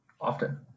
often